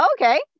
okay